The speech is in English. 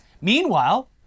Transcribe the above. Meanwhile